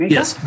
Yes